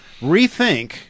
rethink